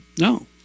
No